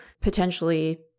potentially